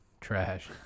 trash